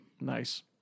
nice